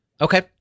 okay